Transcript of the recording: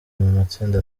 matsinda